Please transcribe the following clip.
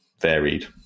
varied